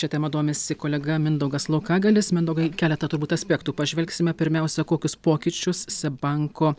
šia tema domisi kolega mindaugas laukagalis mindaugai keletą turbūt aspektų pažvelgsime pirmiausia kokius pokyčius seb banko